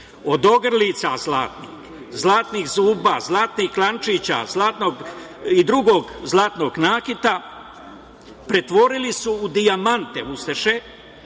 od ogrlica zlatnih, zlatnih zuba, zlatnih lančića i drugog zlatnog nakita pretvorili su ustaše